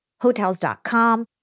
Hotels.com